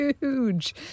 huge